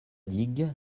digue